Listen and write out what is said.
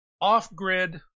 off-grid